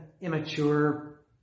immature